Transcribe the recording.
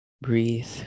Breathe